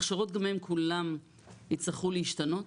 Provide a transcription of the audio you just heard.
ההכשרות גם הן כולן יצטרכו להשתנות